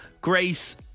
Grace